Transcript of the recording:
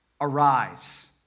Arise